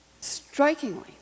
Strikingly